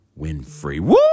Winfrey